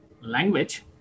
language